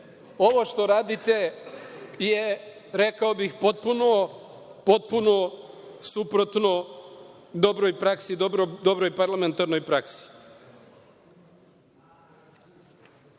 što radite je, rekao bih, potpuno suprotno dobroj parlamentarnoj praksi. Predlog